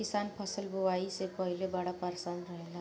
किसान फसल बुआई से पहिले बड़ा परेशान रहेला